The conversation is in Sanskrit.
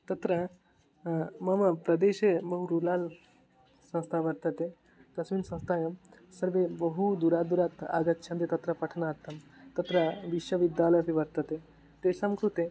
तत्र मम प्रदेशे बहु रुराल् संस्था वर्तते तस्यां संस्थायां सर्वे बहु दूरात् दूरात् आगच्छान्ति तत्र पठनार्थं तत्र विश्वविद्यालयोऽपि वर्तते तेषां कृते